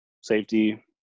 safety